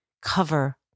cover